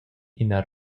ina